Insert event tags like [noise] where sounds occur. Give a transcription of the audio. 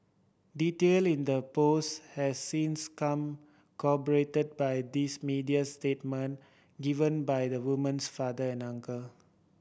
detail in that post has since [unintelligible] corroborated by these media statement given by the woman's father and uncle